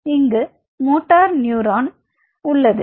இங்கு இங்கு motor neuron உள்ளது